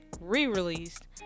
re-released